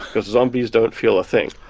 because zombies don't feel a thing.